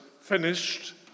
finished